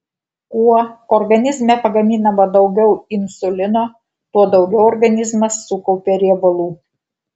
kuo organizme pagaminama daugiau insulino tuo daugiau organizmas sukaupia riebalų